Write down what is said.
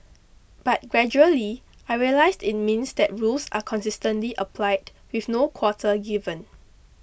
but gradually I realised it means that rules are consistently applied with no quarter given